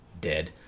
dead